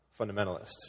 fundamentalists